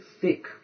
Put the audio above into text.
thick